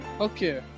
Okay